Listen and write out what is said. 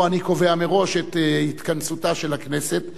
או שאני קובע מראש את התכנסותה של הכנסת.